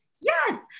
Yes